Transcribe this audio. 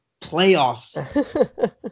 playoffs